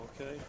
okay